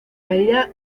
medida